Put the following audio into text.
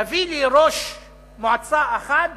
תביא לי ראש מועצה אחת